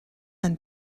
and